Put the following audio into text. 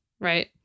right